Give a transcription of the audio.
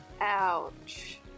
Ouch